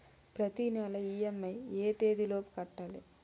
ప్రతినెల ఇ.ఎం.ఐ ఎ తేదీ లోపు కట్టాలి?